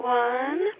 one